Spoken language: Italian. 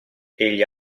egli